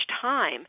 time